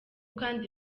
kandi